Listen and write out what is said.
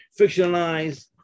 fictionalized